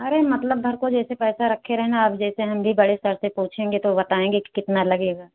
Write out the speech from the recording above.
अरे मतलब घर पर जैसे पैसा रखे रहना अब जैसे हम भी बड़े सर से पूछेंगे तो बताएंगे कि कितना लगेगा